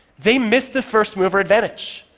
they missed the first-mover advantage.